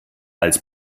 als